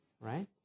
right